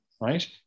right